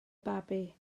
babi